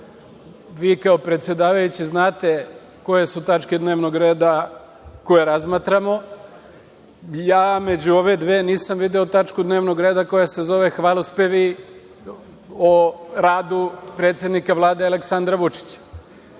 kao predsedavajući znate koje su tačke dnevnog reda koje razmatramo, a ja među ove dve nisam video tačku dnevnog reda koja se zove – hvalospevi o radu predsednika Vlade Aleksandra Vučića.